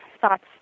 thoughts